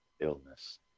illness